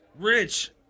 Rich